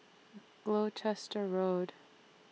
Gloucester Road